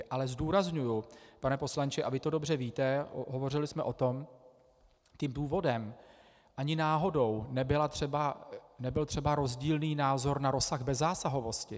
Ale zdůrazňuji, pane poslanče, a vy to dobře víte, hovořili jsme o tom, tím důvodem ani náhodou nebyl třeba rozdílný názor na rozsah bezzásahovosti.